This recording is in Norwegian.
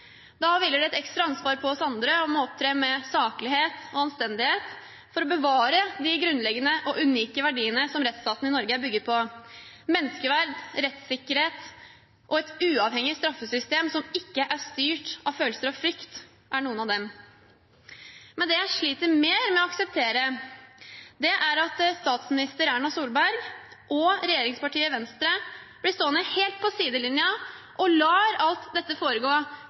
Da hviler det et ekstra ansvar på oss andre for å opptre med saklighet og anstendighet for å bevare de grunnleggende og unike verdiene som rettsstaten Norge er bygget på: menneskeverd, rettssikkerhet og et uavhengig straffesystem, som ikke er styrt av følelser og frykt, er noen av dem. Det jeg sliter mer med å akseptere, er at statsminister Erna Solberg og regjeringspartiet Venstre blir stående helt på sidelinjen og lar alt dette foregå